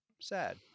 sad